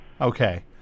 Okay